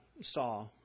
saw